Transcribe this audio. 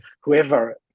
whoever